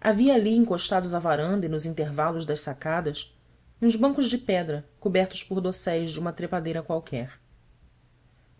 havia ali encostados à varanda e nos intervalos das sacadas uns bancos de pedra cobertos por dosséis de uma trepadeira qualquer